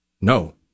No